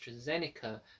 AstraZeneca